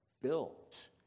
built